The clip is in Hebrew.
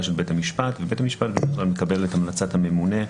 של בית המשפט ובית המשפט מקבל את המלצת הממונה.